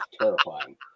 terrifying